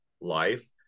life